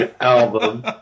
album